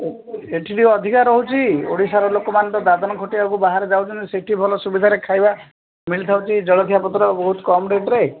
ଏଠି ଟିକେ ଅଧିକା ରହୁଛି ଓଡ଼ିଶାର ଲୋକମାନେ ତ ଦାଦନ ଖଟିବାକୁ ବାହାରେ ଯାଉଛନ୍ତି ସେଠି ଭଲ ସୁବିଧାରେ ଖାଇବା ମିଳିଥାଉଛି ଜଳଖିଆପତ୍ର ବହୁତ କମ୍ ରେଟ୍ରେ